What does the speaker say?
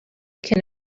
can